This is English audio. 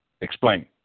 Explain